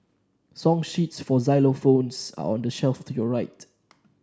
song sheets for xylophones are on the shelf to your right